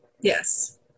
Yes